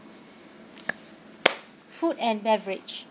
food and beverage